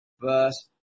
verse